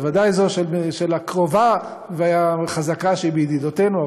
בוודאי הקרובה והחזקה שבידידותנו,